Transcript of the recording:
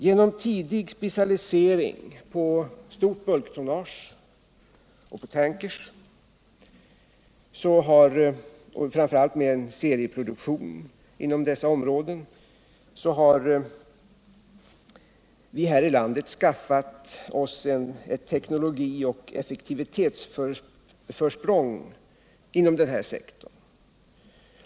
Genom en tidig specialisering på stort bulktonnage och på tankrar — framför allt med en serieproduktion på dessa områden — har vi här i landet skaffat oss ett teknologioch effektivitetsförsprång inom denna sektor.